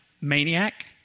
maniac